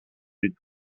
lune